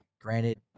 granted